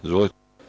Izvolite.